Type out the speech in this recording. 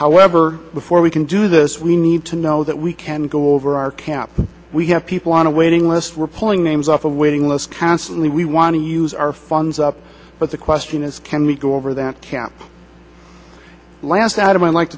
however before we can do this we need to know that we can go over our camp we have people on a waiting list we're pulling names off of waiting lists constantly we want to use our funs up but the question is can we go over that camp last adam i like